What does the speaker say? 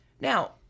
Now